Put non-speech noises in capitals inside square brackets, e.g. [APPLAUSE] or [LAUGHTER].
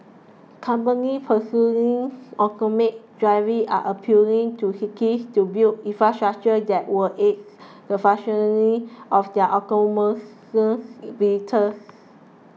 companies pursuing automated driving are appealing to cities to build infrastructure that will aid the functioning of their [UNINTELLIGIBLE] vehicles